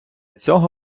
цього